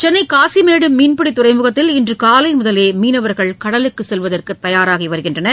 சென்னை காசிமேடு மீன்பிடித் துறைமுகத்தில் இன்று காலை முதலே மீனவர்கள் கடலுக்கு செல்வதற்கு தயாராகினர்